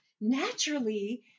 Naturally